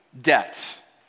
debt